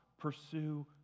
pursue